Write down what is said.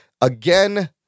again